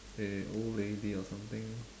a old lady or something